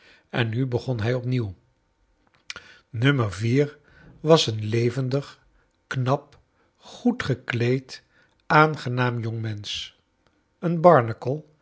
en nu begon hij opnieuw no was een levendig knap good gekleed aangenaam jongmensch een barnacle